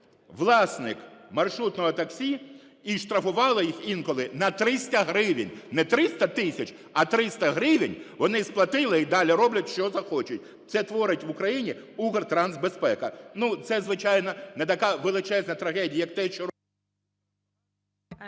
власник маршрутного таксі, і штрафувала їх інколи на 300 гривень? Не 300 тисяч, а 300 гривень вони сплатили і далі роблять що захочуть. Це творить в Україні Укртрансбезпека. Ну, це, звичайно, не така величезна трагедія, як те, що...